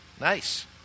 Nice